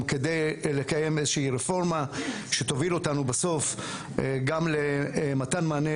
כדי לקדם איזה שהיא רפורמה שתוביל אותנו בסוף גם למתן מענה